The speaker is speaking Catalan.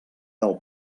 del